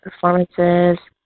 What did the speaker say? performances